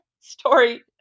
story